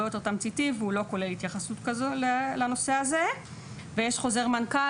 יותר תמציתי והוא לא כולל התייחסות לנושא הזה ויש חוזר מנכ"ל